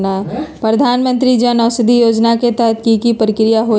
प्रधानमंत्री जन औषधि योजना के तहत की की प्रक्रिया होई?